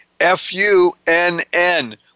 F-U-N-N